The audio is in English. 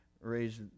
raise